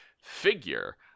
figure